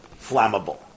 flammable